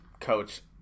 coach